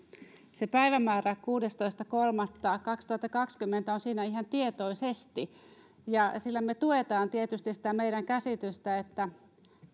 se päivämäärä kuudestoista kolmatta kaksituhattakaksikymmentä on siinä ihan tietoisesti ja sillä me tuemme tietysti sitä meidän käsitystä että